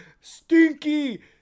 stinky